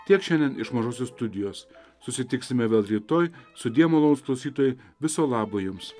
tiek šiandien iš mažosios studijos susitiksime vėl rytoj sudie malonūs klausytojai viso labo jums